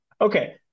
Okay